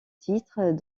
titres